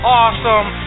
awesome